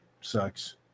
sucks